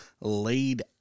laid